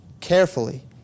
carefully